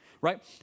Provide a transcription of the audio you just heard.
right